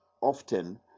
often